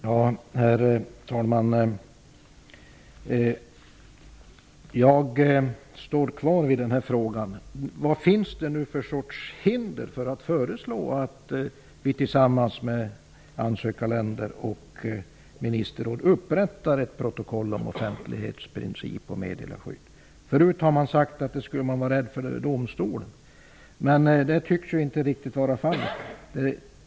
Herr talman! Jag står kvar vid min fråga. Vilka hinder finns det för att föreslå att vi tillsammans med andra ansökarländer och ministerrådet upprättar ett protokoll om offentlighetsprincip och meddelarskydd? Tidigare har det sagts att man skall vara rädd för domstolen. Men det tycks inte riktigt vara fallet.